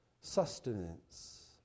sustenance